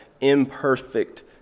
imperfect